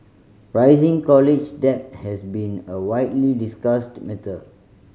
rising college debt has been a widely discussed matter